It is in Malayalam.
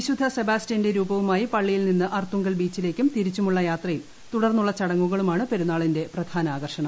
വിശുദ്ധ സെബാസ്റ്റ്യന്റെ രൂപവുമായി പള്ളിയിൽ നിന്ന് അർത്തുങ്കൽ ബീച്ചിലേക്കും തിരിച്ചുമുള്ള യാത്രയും തുടർന്നുള്ള ചടങ്ങുകളുമാണ് പെരുന്നാളിന്റെ പ്രധാന ആകർഷണം